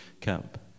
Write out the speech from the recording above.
camp